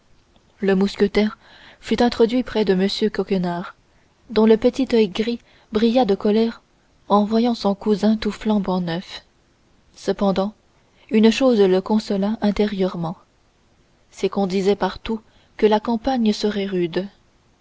le mousquetaire fut introduit près de m coquenard dont le petit oeil gris brilla de colère en voyant son cousin tout flambant neuf cependant une chose le consola intérieurement c'est qu'on disait partout que la campagne serait rude